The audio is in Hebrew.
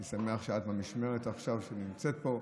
אני שמח שאת במשמרת עכשיו ונמצאת פה,